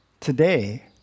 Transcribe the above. Today